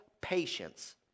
patience